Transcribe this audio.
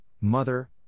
Mother